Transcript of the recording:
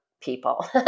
people